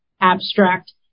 abstract